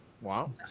Wow